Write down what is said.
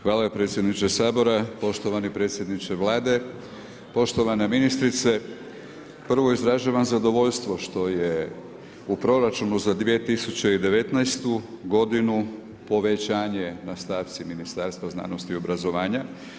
Hvala predsjedniče Sabora, poštovani predsjedniče Vlade, poštovana ministrice, prvo izražavam zadovoljstvo što je u proračunu za 2019.g. povećanje na stavci ministarstva znanosti i obrazovanja.